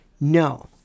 No